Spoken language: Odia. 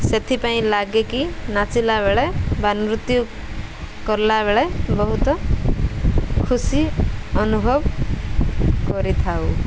ସେଥିପାଇଁ ଲାଗିକି ନାଚିଲା ବେଳେ ବା ନୃତ୍ୟ କଲାବେଳେ ବହୁତ ଖୁସି ଅନୁଭବ କରିଥାଉ